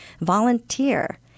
volunteer